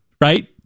right